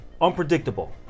unpredictable